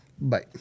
Bye